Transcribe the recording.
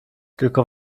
tylko